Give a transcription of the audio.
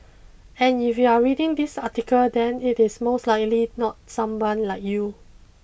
and if you are reading this article then it is most likely not someone like you